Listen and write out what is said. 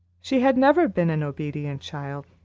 she had never been an obedient child.